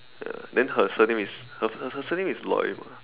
ya then her surname is her her her surname is Loy mah